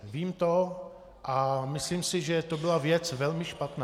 Vím to a myslím si, že to byla věc velmi špatná.